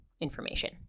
information